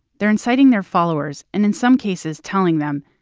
they're inciting their followers and in some cases telling them,